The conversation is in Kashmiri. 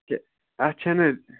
کہِ اَتھ چھَنہٕ حظ